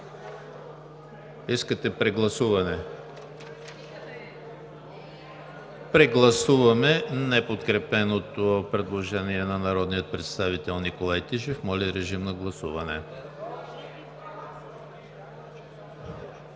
Искате прегласуване. Прегласуваме неподкрепеното предложение на народния представител Николай Тишев. За 120 народни